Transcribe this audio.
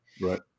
Right